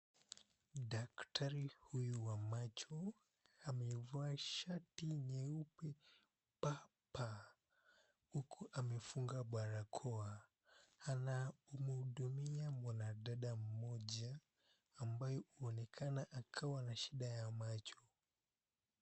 Daktari huyu wa macho amevaa shati nyeupe pa pa, huku amefunga barakoa. Anamhudumia mwanadada mmoja ambaye huonekana akawa na shida ya macho.